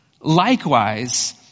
Likewise